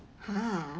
ha